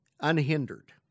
unhindered